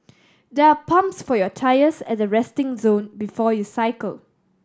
there are pumps for your tyres at the resting zone before you cycle